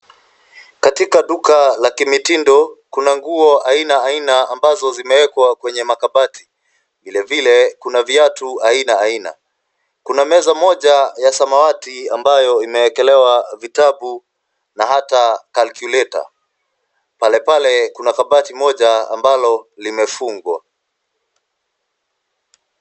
Katika duka la kimitindo, kuna nguo aina aina ambazo zimewekwa kwenye makabati. Vilevile kuna viatu aina aina. Kuna meza moja ya samawati ambayo imeekelewa vitabu na hata calculator . Palepale kuna kabati moja ambalo limefungwa.